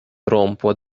rompo